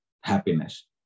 happiness